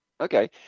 Okay